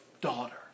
Daughter